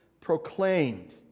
proclaimed